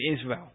Israel